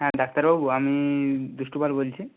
হ্যাঁ ডাক্তারবাবু আমি দুষ্টু পাল বলছি